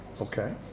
okay